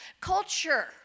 culture